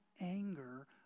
anger